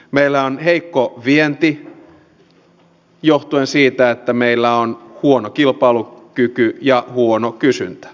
meillä on heikko vienti johtuen siitä että meillä on huono kilpailukyky ja huono kysyntä